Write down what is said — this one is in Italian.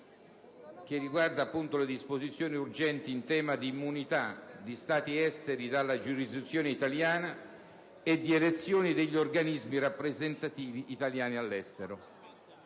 n. 63, recante disposizioni urgenti in tema di immunità di Stati esteri dalla giurisdizione italiana e di elezioni degli organismi rappresentativi degli italiani all'estero***